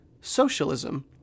Socialism